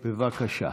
בבקשה.